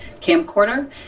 camcorder